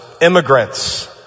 immigrants